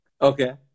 Okay